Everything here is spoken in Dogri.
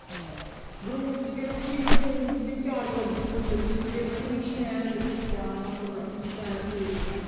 ग्राउंड च केह् करना उसी ग्रांउड दी चार दवारी दे अंदर उसी केह् करना कि शैल करियै दवाड़ना उप्पर बेठियै शैल फेरना उसी